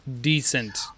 decent